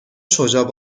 شجاع